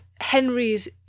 Henry's